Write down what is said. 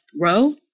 row